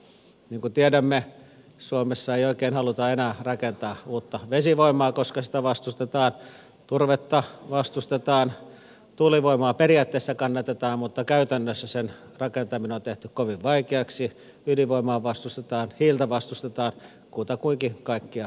niin kuin tiedämme suomessa ei oikein haluta enää rakentaa uutta vesivoimaa koska sitä vastustetaan turvetta vastustetaan tuulivoimaa periaatteessa kannatetaan mutta käytännössä sen rakentaminen on tehty kovin vaikeaksi ydinvoimaa vastustetaan hiiltä vastustetaan kutakuinkin kaikkea vastustetaan